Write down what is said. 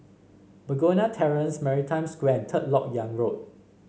Begonia Terrace Maritime Square and Third LoK Yang Road